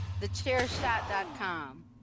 TheChairShot.com